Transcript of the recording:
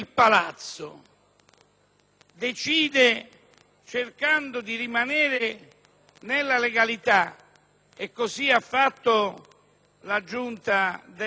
decide cercando di rimanere nella legalità (così ha fatto la Giunta delle elezioni